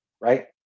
right